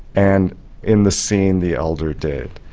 and in the scene the elder did.